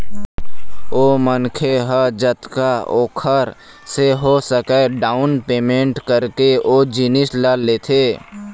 ओ मनखे ह जतका ओखर से हो सकय डाउन पैमेंट करके ओ जिनिस ल लेथे